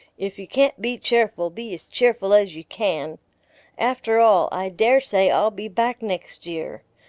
if you can't be cheerful, be as cheerful as you can after all, i dare say i'll be back next year.